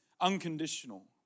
unconditional